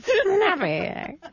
snappy